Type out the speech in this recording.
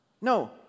no